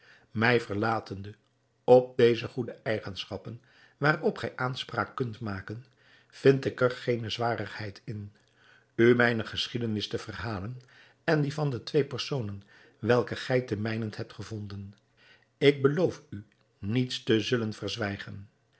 mij verlatende op deze goede eigenschappen waarop gij aanspraak kunt maken vind ik er geene zwarigheid in u mijne geschiedenis te verhalen en die van de twee personen welke gij ten mijnent hebt gevonden ik beloof u niets te zullen verzwijgen